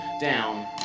down